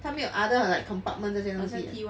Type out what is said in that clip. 他没有 other like compartment 这些东西的